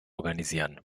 organisieren